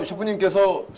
when you kiss? ah